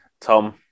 Tom